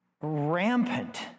Rampant